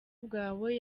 bwawe